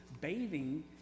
bathing